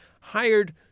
hired